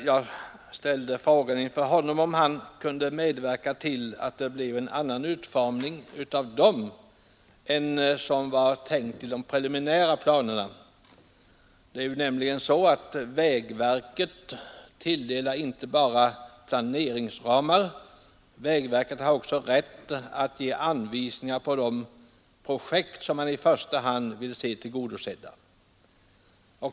Jag ställde frågan om kommunikationsministern kunde medverka till en annan utformning än den som var tänkt i de preliminära planerna. Det är nämligen så, att vägverket inte bara fördelar planeringsramarna, utan verket har också rätt att ge anvisningar på de projekt som i första hand skall komma till utförande.